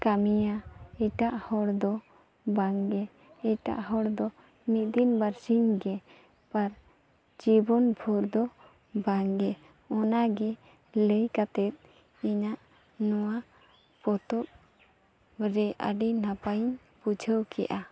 ᱠᱟᱹᱢᱤᱭᱟ ᱮᱴᱟᱜ ᱦᱚᱲᱫᱚ ᱵᱟᱝᱜᱮ ᱮᱴᱟᱜ ᱦᱚᱲᱫᱚ ᱢᱤᱫ ᱫᱤᱱ ᱵᱟᱨᱥᱤᱧᱜᱮ ᱯᱟᱨ ᱡᱤᱵᱚᱱᱵᱷᱳᱨ ᱫᱚ ᱵᱟᱝᱜᱮ ᱚᱱᱟᱜᱮ ᱞᱟᱹᱭ ᱠᱟᱛᱮᱫ ᱤᱧᱟᱹᱜ ᱱᱚᱣᱟ ᱯᱚᱛᱚᱵᱨᱮ ᱟᱹᱰᱤ ᱱᱟᱯᱟᱭᱤᱧ ᱵᱩᱡᱷᱟᱹᱣ ᱠᱮᱜᱼᱟ